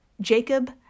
Jacob